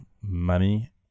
Money